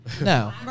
No